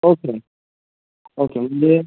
okay okay मिळेल